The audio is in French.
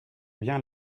bien